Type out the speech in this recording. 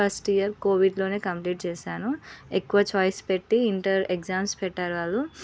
first year కోవిడ్లోనే complete చేశాను ఎక్కువ ఛాయిస్ పెట్టి ఇంటర్ ఎగ్జామ్స్ పెట్టారు వాళ్ళు